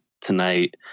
tonight